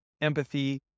empathy